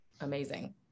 amazing